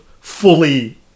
fully